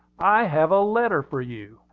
i have a letter for you.